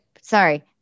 sorry